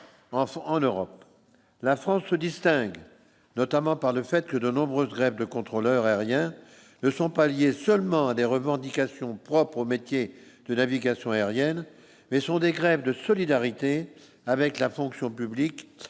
en Europe, la France se distingue notamment par le fait que de nombreuses grèves de contrôleurs aériens ne sont pas lié seulement à des revendications propres au métier de navigation aérienne, mais sont des grèves de solidarité avec la fonction publique,